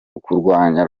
ukurwanya